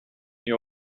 you